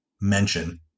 mention